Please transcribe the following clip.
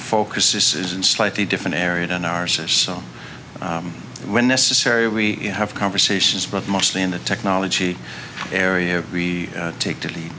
focus is in slightly different area than ours so when necessary we have conversations but mostly in the technology area we take to the